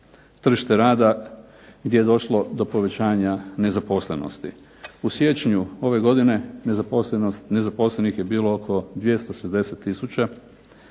tržište rada gdje je došlo do povećanja nezaposlenosti. U siječnju ove godine nezaposlenih je bilo oko 260